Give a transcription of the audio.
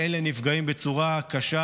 ומאלה נפגעים בצורה קשה,